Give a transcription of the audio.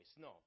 No